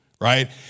right